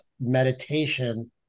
meditation